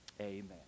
Amen